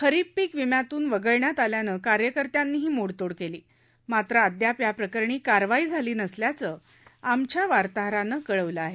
खरीप पीक विम्यातून वगळण्यात आल्यानं कार्यकर्त्यांनी ही मोडतोड केली मात्र अद्याप या प्रकरणी कारवाई झाली नसल्याचं केल्याचं आमच्या वार्ताहरानं कळवलं आहे